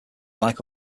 like